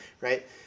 right